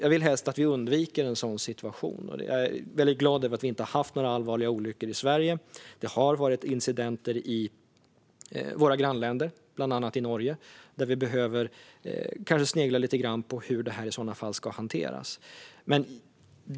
Jag vill helst att vi undviker en sådan situation. Jag är glad över att vi inte har haft några allvarliga olyckor i Sverige. Det har varit incidenter i våra grannländer, bland annat i Norge. Vi behöver kanske snegla lite grann på hur detta ska hanteras.